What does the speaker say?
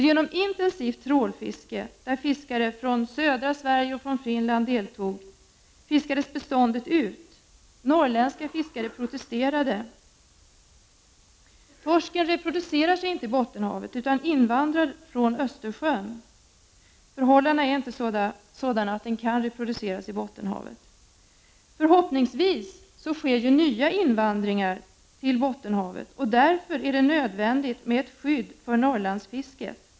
Genom intensivt trålfiske, som fiskare från södra Sverige och Finland deltog i, fiskades beståndet ut. Norrländska fiskare protesterade. Torsken reproducerar sig inte i Bottenhavet utan invandrar från andra delar av Östersjön. Förhållandena i Bottenhavet är inte sådana att torsken kan reproducera sig där. Förhoppningsvis sker nya invandringar till Bottenhavet, och därför är det nödvändigt med ett skydd för Norrlandsfisket.